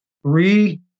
three